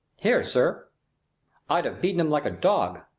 here, sir i'd have beaten him like a dog,